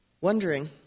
wondering